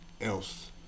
else